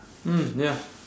mm ya